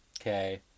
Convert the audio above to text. Okay